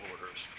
orders